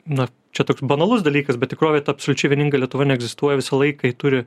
na čia toks banalus dalykas bet tikrovėj tu absoliučiai vieninga lietuva neegzistuoja visą laiką ji turi